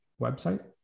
website